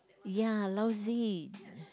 ya lousy